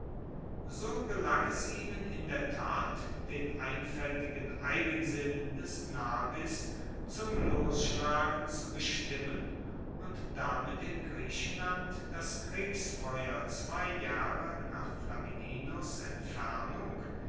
so gelang es ihnen in der tat den einfaeltigen eigensinn des nabis zum losschlagen zu bestimmen und damit in griechenland das kriegsfeuer zwei jahre nach flamininus entfernung